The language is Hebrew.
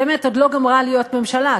באמת עוד לא גמרה להיות ממשלה,